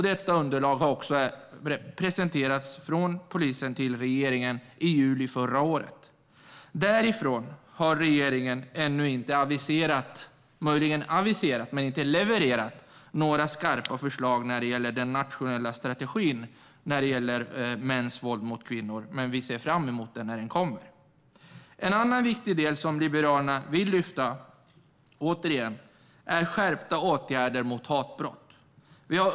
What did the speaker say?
Detta underlag presenterade polisen för regeringen i juli förra året. Regeringen har ännu inte levererat - de har möjligen aviserat men inte levererat - några skarpa förslag när det gäller den nationella strategin mot mäns våld mot kvinnor. Men vi ser fram emot att den ska komma. En annan viktig del som Liberalerna åter vill lyfta fram är skärpta åtgärder mot hatbrott.